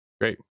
great